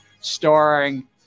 starring